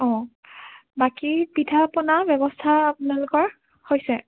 বাকী পিঠা পনাৰ ব্য়ৱস্থা আপোনালোকৰ হৈছে